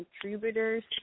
contributors